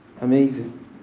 amazing